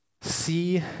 see